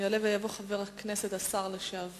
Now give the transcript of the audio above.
יעלה ויבוא חבר הכנסת, השר לשעבר,